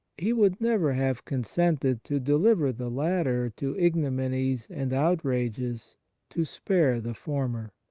he would never have consented to deliver the latter to ignominies and outrages to spare the former.